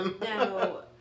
No